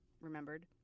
remembered